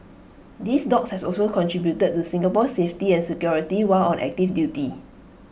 these dogs have also contributed to Singapore's safety and security while on active duty